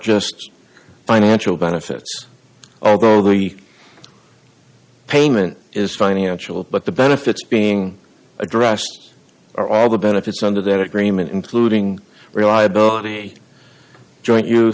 just financial benefits although the payment is financial but the benefits being addressed are all benefits under that agreement including reliability joint